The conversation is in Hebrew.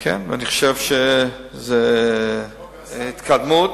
אני חושב שזאת התקדמות.